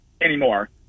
anymore